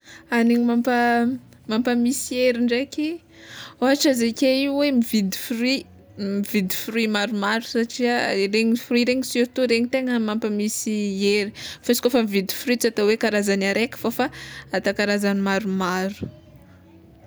Hagniny mampamisy hery ndraiky, ôhatra izy ake igny mividy fruit mividy fruit maromaro satria regny fruit regny surtout regny tegna mampamisy hery, fa izy kôfa mividy fruit tsy atao hoe karazany araiky fô fa atao karazany maromaro.